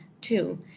Two